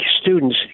students